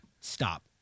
stop